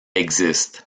existe